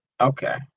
okay